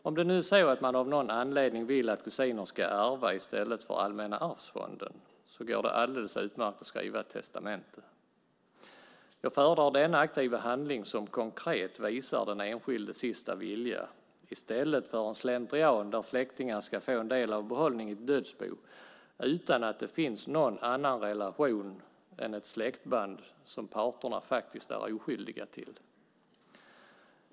Om det nu är så att man av någon anledning vill att kusiner ska ärva i stället för Allmänna arvsfonden går det alldeles utmärkt att skriva ett testamente. Jag föredrar denna aktiva handling som konkret visar den enskildes sista vilja i stället för en slentrian där släktingar ska få del av behållningen i ett dödsbo utan att det finns någon annan relation än ett släktband som parterna faktiskt är oskyldiga till.